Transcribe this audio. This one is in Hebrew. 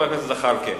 חבר הכנסת זחאלקה.